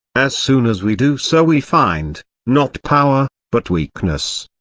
as soon as we do so we find, not power, but weakness.